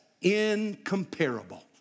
incomparable